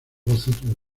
voces